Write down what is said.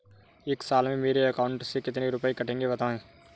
एक साल में मेरे अकाउंट से कितने रुपये कटेंगे बताएँ?